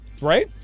right